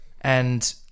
And-